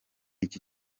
icyi